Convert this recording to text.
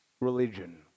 religion